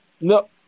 No